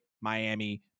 Miami